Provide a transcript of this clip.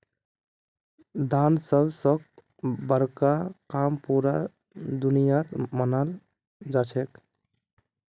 दान सब स बड़का काम पूरा दुनियात मनाल जाछेक